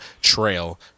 trail